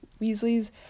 Weasley's